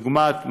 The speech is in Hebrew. דוגמת מחשב,